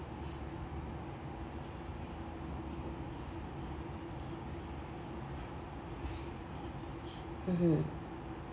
mmhmm